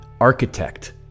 architect